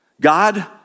God